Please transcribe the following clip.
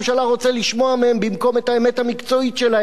רוצה לשמוע מהם במקום את האמת המקצועית שלהם.